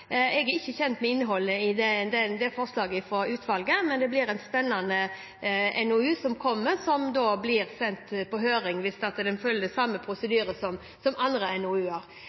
Jeg er ikke kjent med innholdet i forslaget fra utvalget, men det er en spennende NOU som kommer, som blir sendt på høring – hvis den følger samme prosedyre som for andre